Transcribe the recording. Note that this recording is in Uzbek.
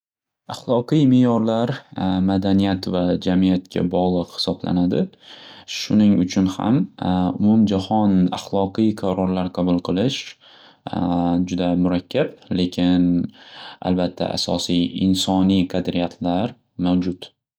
Axloqiy me'yorlar madaniyat va jamiyatga bog`liq hisoblanadi. Shuning uchun ham umumjahon axloqiy qarorlar qabul qilish juda murakkab lekin, albatta asosiy insoniy qadriyatlar mavjud.